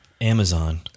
Amazon